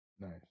Nice